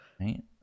Right